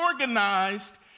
organized